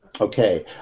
okay